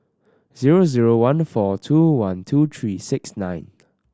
zero zero one four two one two three six nine